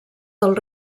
del